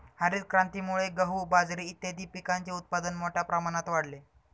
हरितक्रांतीमुळे गहू, बाजरी इत्यादीं पिकांचे उत्पादन मोठ्या प्रमाणात वाढले